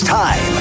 time